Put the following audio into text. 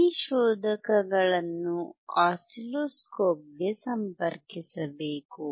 ಈ ಶೋಧಕಗಳನ್ನು ಆಸಿಲ್ಲೋಸ್ಕೋಪ್ ಗೆ ಸಂಪರ್ಕಿಸಬೇಕು